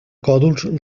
còdols